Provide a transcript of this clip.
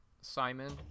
simon